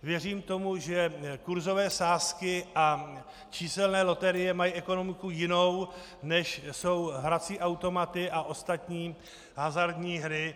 Věřím tomu, že kurzové sázky a číselné loterie mají ekonomiku jinou, než jsou hrací automaty a ostatní hazardní hry.